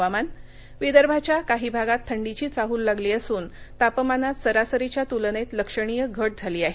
हवामान विदर्भाच्या काही भागात थंडीची चाहूल लागली असून तापमानात सरासरीच्या तुलनेत लक्षणीय घट झाली आहे